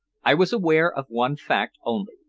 i was aware of one fact only,